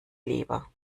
lieber